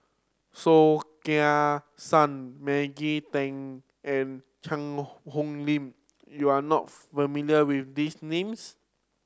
Soh Kay Siang Maggie Teng and Cheang Hong Lim you are not familiar with these names